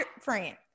friend